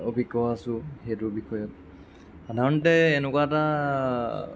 অভিজ্ঞ আছোঁ সেইটোৰ বিষয়ে সাধাৰণতে এনেকুৱা এটা